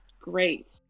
great